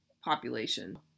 population